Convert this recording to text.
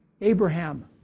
Abraham